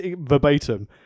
verbatim